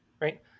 right